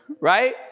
Right